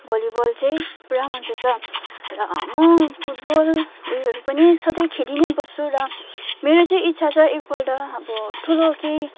volleyball चाहिँ पुरा मनपर्छ र म फुटबल उयोहरू पनि सधैँ नै खेली नै बस्छु र मेरो चाहिँ इच्छा छ एकपल्ट अब ठुलो केही